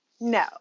no